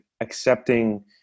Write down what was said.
accepting